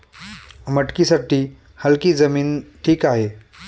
मटकीसाठी हलकी जमीन ठीक आहे